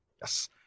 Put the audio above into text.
Yes